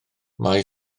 mae